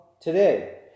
today